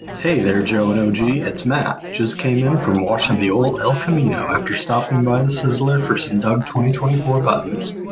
hey there, joe and oh, gee it's. matt just came in from washington. the old el camino after stopping by has learned for some doug twenty, twenty four buttons.